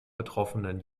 betroffenen